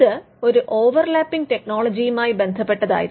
ഇത് ഒരു overlapping ടെക്നോളജിയുമായി ബന്ധപ്പെട്ടതായിരുന്നു